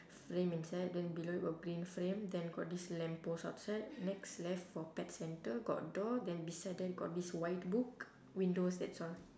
frame inside then below got green frame then got this lamp post outside next left for pet centre got door then beside then got this white book windows that's all